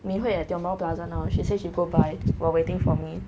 minhui at tiong bahru plaza now she say she go buy while waiting for me